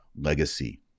legacy